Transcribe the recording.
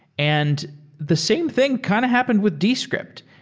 and the same thing kind of happened with descript.